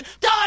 die